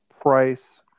price